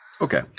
Okay